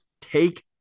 Take